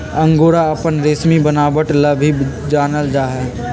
angora अपन रेशमी बनावट ला भी जानल जा हई